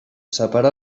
separa